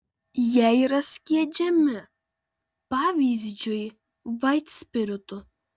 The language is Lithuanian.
jie yra skiedžiami pavyzdžiui vaitspiritu